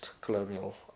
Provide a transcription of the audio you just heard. colonial